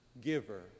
giver